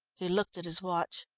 he looked at his watch.